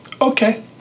Okay